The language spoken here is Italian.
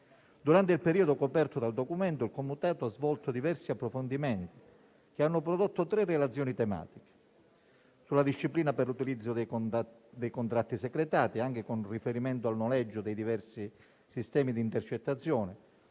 Durante il periodo coperto dal Documento, il Comitato ha svolto diversi approfondimenti, che hanno prodotto tre relazioni tematiche: sulla disciplina per l'utilizzo dei contratti secretati, anche con riferimento al noleggio dei diversi sistemi di intercettazione;